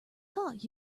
thought